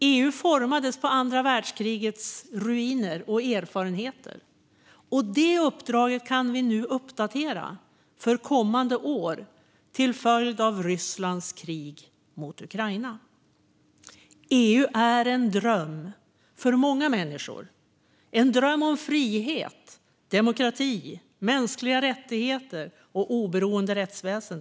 EU formades på andra världskrigets ruiner och erfarenheter, och detta uppdrag kan vi nu uppdatera för kommande år till följd av Rysslands krig mot Ukraina. EU är en dröm för många människor - en dröm om frihet, demokrati, mänskliga rättigheter och oberoende rättsväsen.